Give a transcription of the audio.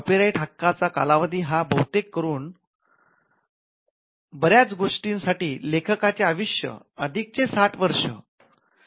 copyright हक्काचा कालावधी हा बहुतेक करून बऱ्याच गोष्टीं साठी लेखकाचे आयुष्य अधिक ६० वर्षे आहे